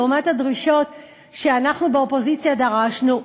לעומת הדרישות שאנחנו באופוזיציה דרשנו,